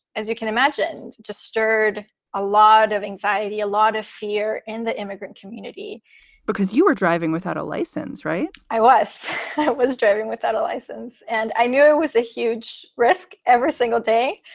as you can imagine, just stirred a lot of anxiety, a lot of fear in the immigrant community because you were driving without a license right i was i was driving without a license, and i knew it was a huge risk every single day.